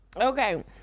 Okay